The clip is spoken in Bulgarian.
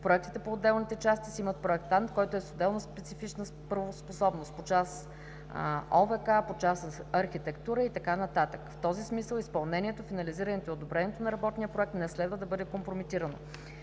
Проектите по отделните части си имат проектант, който е с отделна специфична правоспособност: по част Отопление, вентилация и канализация, по част „Архитектурна“ и т.н. В този смисъл изпълнението, финализирането и одобрението на работния проект не следва да бъде компрометирано.